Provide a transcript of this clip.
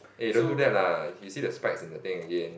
eh don't do that lah you see the spikes in the thing again